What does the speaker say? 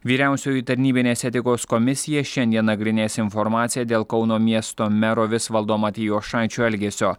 vyriausioji tarnybinės etikos komisija šiandien nagrinės informaciją dėl kauno miesto mero visvaldo matijošaičio elgesio